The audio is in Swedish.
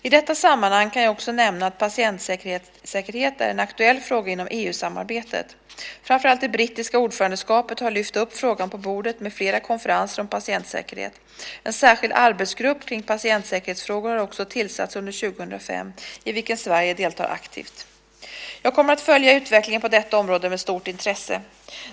I detta sammanhang kan jag också nämna att patientsäkerhet är en aktuell fråga inom EU-samarbetet. Framför allt det brittiska ordförandeskapet har lyft upp frågan på bordet med flera konferenser om patientsäkerhet. En särskild arbetsgrupp kring patientsäkerhetsfrågor har också tillsatts under 2005, i vilken Sverige deltar aktivt. Jag kommer att följa utvecklingen på detta område med stort intresse.